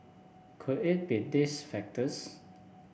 could it be these factors